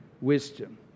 wisdom